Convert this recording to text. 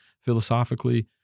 philosophically